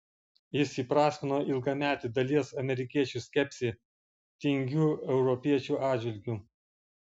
jis įprasmino ilgametį dalies amerikiečių skepsį tingių europiečių atžvilgiu